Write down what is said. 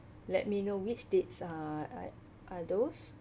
let me know which dates uh are those